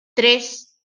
tres